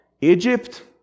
Egypt